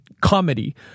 comedy